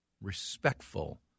respectful